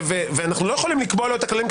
ואנו לא יכולים לקבוע לו את הכללים,